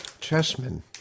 Chessmen